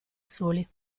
soli